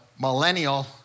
Millennial